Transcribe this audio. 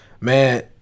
man